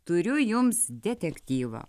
turiu jums detektyvą